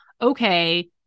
okay